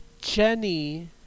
Jenny